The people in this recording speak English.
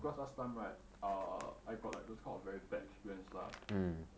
because last time right err I got like those kind of like very bad experience lah